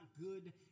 good